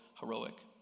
heroic